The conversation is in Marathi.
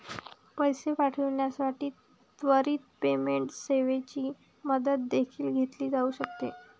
पैसे पाठविण्यासाठी त्वरित पेमेंट सेवेची मदत देखील घेतली जाऊ शकते